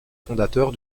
fondateur